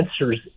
answers